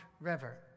river